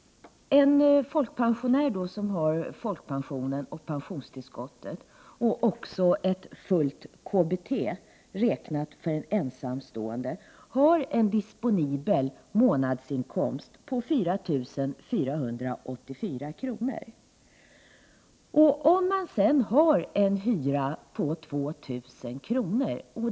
En folkpensionär som har folkpension, pensionstillskott och ett fullt KBT räknat för en ensamstående har en disponibel månadsinkomst på 4 484 kr. Om man sedan har en hyra på 2 000 kr.